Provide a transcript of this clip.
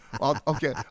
Okay